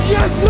Yes